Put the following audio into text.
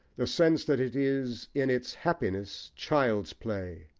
the sense that it is in its happiness child's play,